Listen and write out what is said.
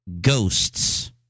ghosts